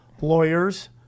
lawyers